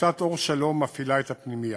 עמותת "אור שלום" מפעילה את הפנימייה.